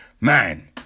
man